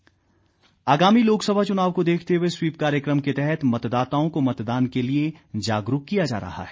SVEEP कार्यक्रम आगामी लोकसभा चुनाव को देखते हुए स्वीप कार्यक्रम के तहत मतदाताओं को मतदान के लिए जागरूक किया जा रहा है